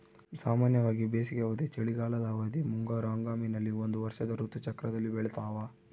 ಸಾಮಾನ್ಯವಾಗಿ ಬೇಸಿಗೆ ಅವಧಿ, ಚಳಿಗಾಲದ ಅವಧಿ, ಮುಂಗಾರು ಹಂಗಾಮಿನಲ್ಲಿ ಒಂದು ವರ್ಷದ ಋತು ಚಕ್ರದಲ್ಲಿ ಬೆಳ್ತಾವ